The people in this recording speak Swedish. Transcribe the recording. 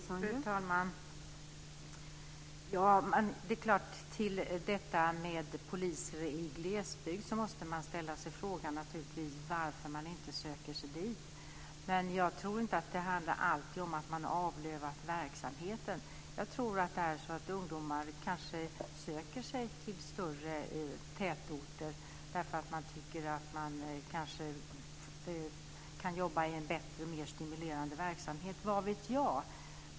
Fru talman! Angående poliser i glesbygd måste man ställa sig frågan varför poliser inte söker sig dit. Men jag tror inte att det alltid handlar om att verksamheten har avlövats. Jag tror att det är så att ungdomar söker sig till större tätorter därför att de tycker att de då kan jobba i en bättre och mer stimulerande verksamhet, vad vet jag.